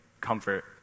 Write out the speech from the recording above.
comfort